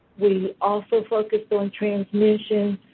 we also focused on transmission,